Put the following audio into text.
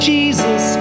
Jesus